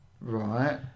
Right